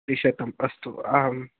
त्रिशतं अस्तु आम्